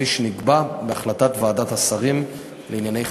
כפי שנקבע בהחלטת ועדת השרים לענייני חקיקה.